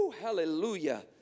hallelujah